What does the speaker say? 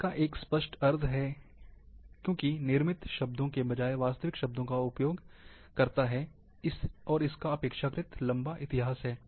इसका एक स्पष्ट अर्थ है क्योंकि निर्मित शब्दों के बजाय वास्तविक शब्दों का उपयोग करता है और इसका अपेक्षाकृत लंबा इतिहास है